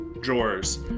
drawers